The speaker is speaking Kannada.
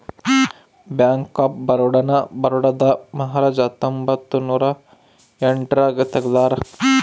ಬ್ಯಾಂಕ್ ಆಫ್ ಬರೋಡ ನ ಬರೋಡಾದ ಮಹಾರಾಜ ಹತ್ತೊಂಬತ್ತ ನೂರ ಎಂಟ್ ರಾಗ ತೆಗ್ದಾರ